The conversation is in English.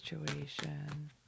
situation